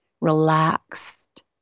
relaxed